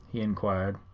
he inquired.